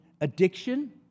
addiction